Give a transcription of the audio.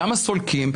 גם הסולקים,